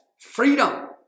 freedom